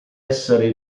essere